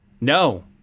No